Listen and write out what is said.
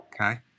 okay